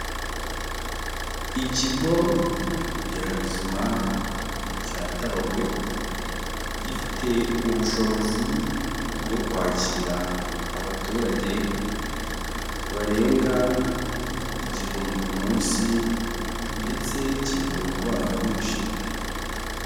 Ikigo nderabuzima cya Tabagwe, gifite ubushobozi bwo kwakira abaturage barenga igihumbi ku munsi ndetse kivura indwara nyinshi.